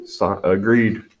agreed